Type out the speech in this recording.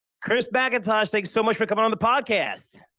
chris macintosh. thanks so much for coming on the podcast.